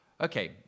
Okay